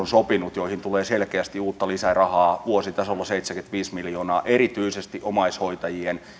sopinut joihin tulee selkeästi uutta lisärahaa vuositasolla seitsemänkymmentäviisi miljoonaa erityisesti omaishoitajien